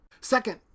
Second